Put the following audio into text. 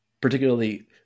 particularly